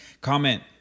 Comment